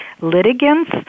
litigants